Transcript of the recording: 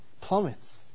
plummets